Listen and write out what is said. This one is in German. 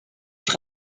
die